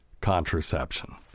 Contraception